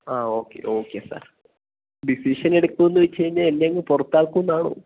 ആ okay okay sir ഡിസിഷനെടുക്കുന്നത് വെച്ച് കഴിഞ്ഞാൽ എന്നെയങ്ങ് പുറത്താക്കുമെന്നാണോ